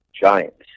giants